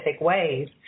ways